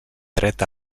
dret